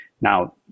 Now